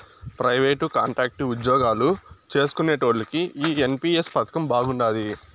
private, contract ఉజ్జోగాలు చేస్కునేటోల్లకి ఈ ఎన్.పి.ఎస్ పదకం బాగుండాది